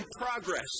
progress